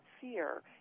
fear